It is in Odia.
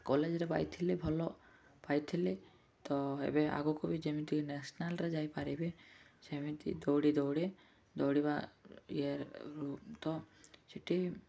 କଲେଜ୍ରେ ପାଇଥିଲି ଭଲ ପାଇଥିଲି ତ ଏବେ ଆଗକୁ ବି ଯେମିତି ନ୍ୟସନାଲ୍ରେ ଯାଇପାରିବି ସେମିତି ଦୌଡ଼ି ଦୌଡ଼େ ଦୌଡ଼ିବା ଇୟେ ତ ସେଠି